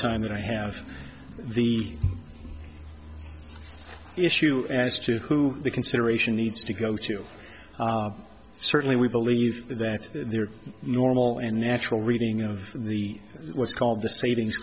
time that i have the issue as to who the consideration needs to go to certainly we believe that there are normal and natural reading of the what's called the savings